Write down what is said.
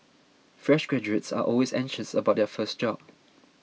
fresh graduates are always anxious about their first job